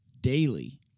daily